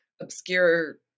obscure